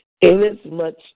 inasmuch